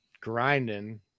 grinding